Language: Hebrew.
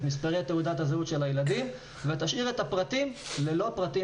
את מספרי תעודת הזהות של הילדים ותשאיר את הפרטים ללא פרטים